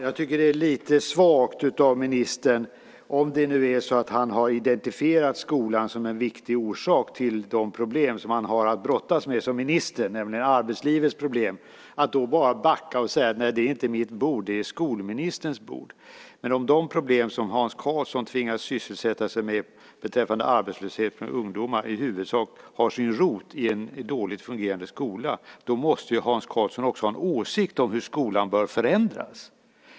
Herr talman! Om det nu är så att ministern har identifierat skolan som en viktig orsak till de problem som han har att brottas med som minister, nämligen arbetslivets problem, tycker jag att det är lite svagt av honom att bara backa och säga att "det är inte mitt bord, utan det är skolministerns bord". Men om de problem som Hans Karlsson tvingas sysselsätta sig med beträffande arbetslöshet och ungdomar i huvudsak har sin rot i en dåligt fungerande skola måste ju Hans Karlsson också ha en åsikt om hur skolan bör förändras.